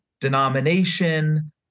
denomination